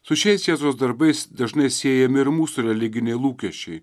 su šiais jėzaus darbais dažnai siejami ir mūsų religiniai lūkesčiai